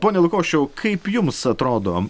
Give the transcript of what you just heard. pone lukošiau kaip jums atrodo